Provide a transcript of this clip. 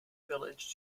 village